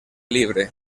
libre